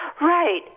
Right